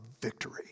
victory